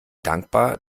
dankbar